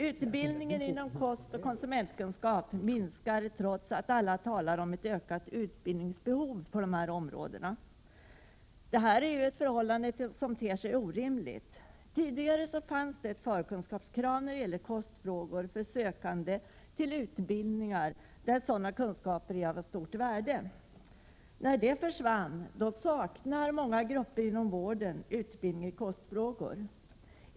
Utbildningen vad gäller kostoch konsumentkunskap minskar trots att alla talar om ett ökat utbildningsbehov inom dessa områden. Det är ett förhållande som ter sig orimligt. Tidigare fanns ett krav på förkunskaper i kostfrågor för sökande till utbildningar där sådana kunskaper är av stort värde. Sedan detta krav försvann saknar många grupper inom vården utbildning i kostfrågor.